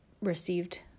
received